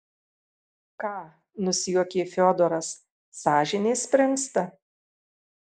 ką nusijuokė fiodoras sąžinė springsta